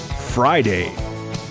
Friday